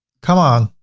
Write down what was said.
come on.